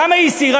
למה היא הסירה?